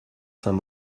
saint